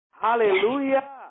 Hallelujah